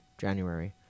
January